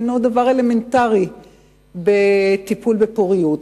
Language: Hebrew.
הוא דבר אלמנטרי בטיפול בפוריות.